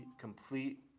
complete